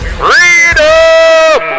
freedom